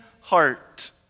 heart